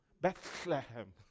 Bethlehem